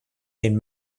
den